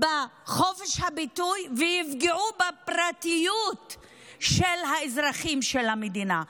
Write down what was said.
בחופש הביטוי ויפגעו בפרטיות של האזרחים של המדינה.